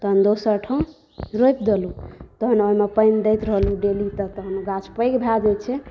तहन दोसर ठाम रोपि देलहुँ तहन ओहिमे पानि दैत रहलियै डेली तहन ओ गाछ पैघ भए जाइ छै